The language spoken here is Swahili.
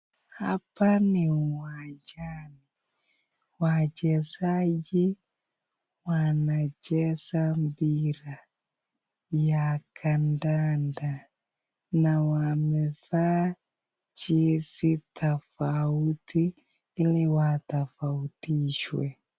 Hapa ni uwanjani, wachezaji wanacheza mpira ya kandanda na wamevaa jezi tofauti ili watofautishwe.